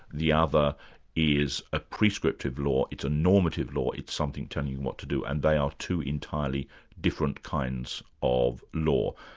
the other is a pre-scripted law, it's a normative law, it's something telling you what to do, and they are two entirely different kinds of law.